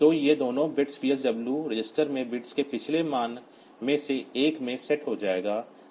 तो ये दोनों बिट्स पसव रजिस्टर में बिट्स के पिछले मानों में से एक में सेट हो जाएंगे